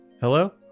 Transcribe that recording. Hello